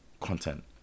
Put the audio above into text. content